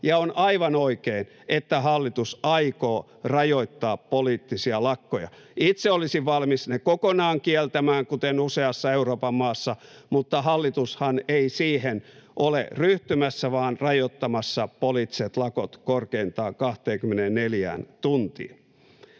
ja on aivan oikein, että hallitus aikoo rajoittaa poliittisia lakkoja. Itse olisin valmis ne kokonaan kieltämään, kuten useassa Euroopan maassa, mutta hallitushan ei siihen ole ryhtymässä vaan rajoittamassa poliittiset lakot korkeintaan 24 tuntiin.